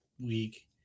week